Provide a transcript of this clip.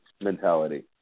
mentality